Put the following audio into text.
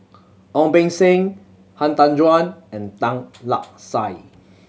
Ong Beng Seng Han Tan Juan and Tan Lark Sye